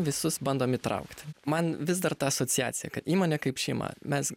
visus bandom įtraukti man vis dar ta asociacija įmonė kaip šeima mes